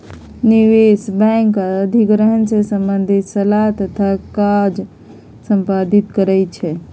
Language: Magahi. निवेश बैंक आऽ अधिग्रहण से संबंधित सलाह तथा काज संपादित करइ छै